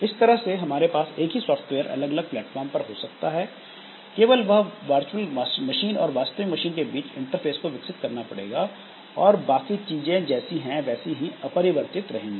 इस तरह से हमारे पास एक ही सॉफ्टवेयर अलग अलग प्लेटफार्म पर हो सकता है केवल यह वर्चुअल मशीन और वास्तविक मशीन के बीच के इंटरफेस को विकसित करना पड़ेगा और बाकी चीज जैसी है वैसी ही अपरिवर्तित रहेगी